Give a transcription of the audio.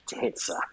dancer